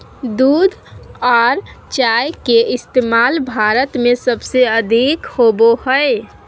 दूध आर चाय के इस्तमाल भारत में सबसे अधिक होवो हय